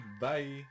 Bye